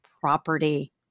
property